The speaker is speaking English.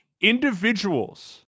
individuals